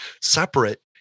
separate